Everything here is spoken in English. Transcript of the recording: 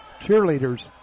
cheerleaders